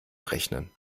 rechnen